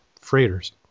freighters